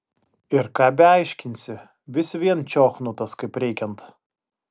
ir ką beaiškinsi vis vien čiochnutas kaip reikiant